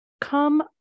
come